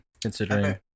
considering